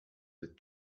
with